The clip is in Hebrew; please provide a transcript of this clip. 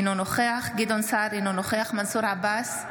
אינו נוכח גדעון סער, אינו נוכח מנסור עבאס,